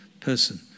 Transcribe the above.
person